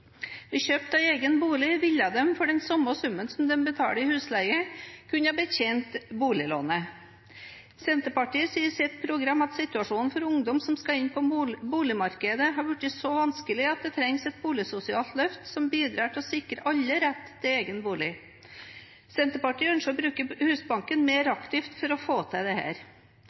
av egen bolig ville de for den samme summen som de betaler i husleie, kunne ha betjent boliglånet. Senterpartiet sier i sitt program at situasjonen for ungdom som skal inn på boligmarkedet, er blitt så vanskelig at det trengs et boligsosialt løft som bidrar til å sikre alle rett til egen bolig. Senterpartiet ønsker å bruke Husbanken mer aktivt for å få til